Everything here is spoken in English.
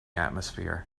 atmosphere